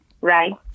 Right